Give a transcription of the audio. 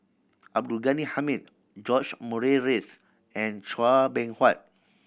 Abdul Ghani Hamid George Murray Reith and Chua Beng Huat